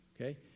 Okay